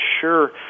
Sure